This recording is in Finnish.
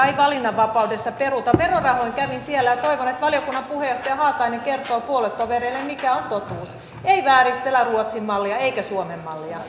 ei valinnanvapaudessa peruta verorahoin kävin siellä ja toivon että valiokunnan puheenjohtaja haatainen kertoo puoluetovereilleen mikä on totuus ei vääristellä ruotsin mallia eikä suomen